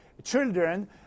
children